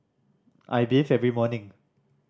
I bathe every morning